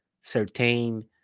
certain